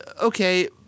okay